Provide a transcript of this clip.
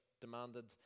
demanded